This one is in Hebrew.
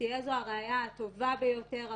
תהיה זו הראייה הטובה ביותר,